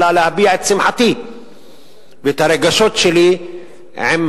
אלא להביע את שמחתי ואת הרגשות שלי לגבי